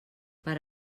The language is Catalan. per